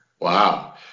Wow